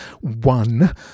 one